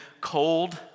cold